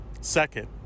Second